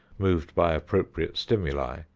moved by appropriate stimuli,